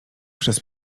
przez